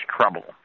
trouble